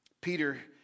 Peter